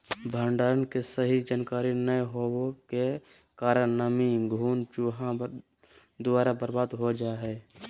भंडारण के सही जानकारी नैय होबो के कारण नमी, घुन, चूहा द्वारा बर्बाद हो जा हइ